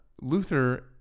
Luther